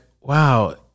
wow